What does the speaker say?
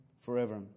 forever